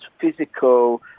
physical